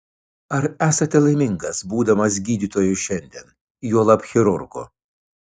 ar esate laimingas būdamas gydytoju šiandien juolab chirurgu